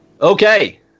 Okay